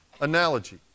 analogy